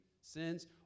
sins